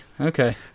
okay